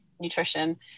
nutrition